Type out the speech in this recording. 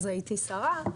אז הייתי שרה,